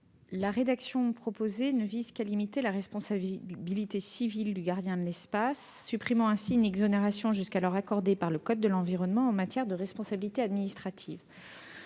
La rédaction proposée vise seulement à limiter la responsabilité civile du gardien de l'espace et tend à supprimer une exonération jusqu'alors accordée par le code de l'environnement en matière de responsabilité administrative.